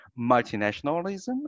multinationalism